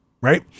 Right